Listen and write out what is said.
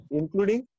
including